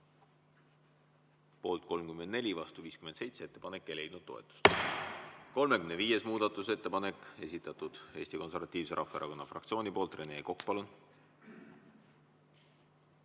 Poolt 37, vastu 57. Ettepanek ei leidnud toetust.20. muudatusettepanek on esitatud Eesti Konservatiivse Rahvaerakonna fraktsiooni poolt. Rene Kokk, palun!